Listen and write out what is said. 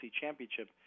Championship